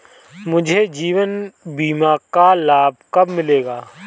मुझे जीवन बीमा का लाभ कब मिलेगा?